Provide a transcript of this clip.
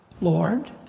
Lord